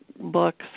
books